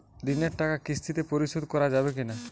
ঋণের টাকা কিস্তিতে পরিশোধ করা যাবে কি না?